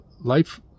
life